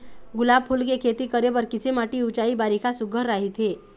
गुलाब फूल के खेती करे बर किसे माटी ऊंचाई बारिखा सुघ्घर राइथे?